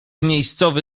miejscowy